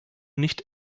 nicht